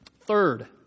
Third